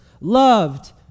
loved